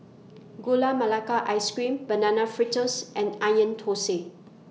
Gula Melaka Ice Cream Banana Fritters and Onion Thosai